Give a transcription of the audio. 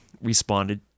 responded